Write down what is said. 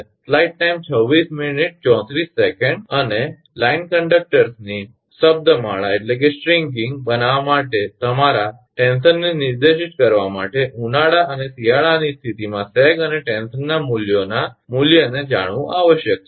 અને લાઇન કંડકટર્સની શબ્દમાળાસ્ટ્રિંગીંગ બનાવવા માટે તમારા ટેન્શનને નિર્દિષ્ટ કરવા માટે ઉનાળા અને શિયાળાની સ્થિતિમાં સેગ અને ટેન્શન મૂલ્યોના મૂલ્યને જાણવું આવશ્યક છે